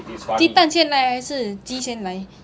鸡蛋先来还是鸡先来